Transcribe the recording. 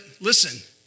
listen